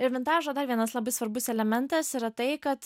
ir vintažo dar vienas labai svarbus elementas yra tai kad